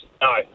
no